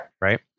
Right